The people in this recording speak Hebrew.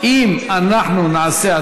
כולנו מפחדים.